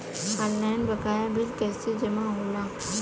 Online बकाया bill कैसे जमा होला?